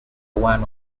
one